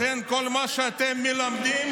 לכן, כל מה שאתם מלמדים,